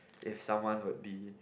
if someone would be